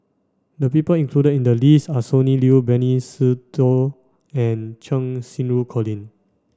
the people included in the list are Sonny Liew Benny Se Teo and Cheng Xinru Colin